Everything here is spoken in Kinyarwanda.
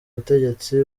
bategetsi